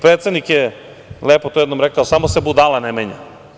Predsednik je to jednom lepo rekao, samo se budala ne menja.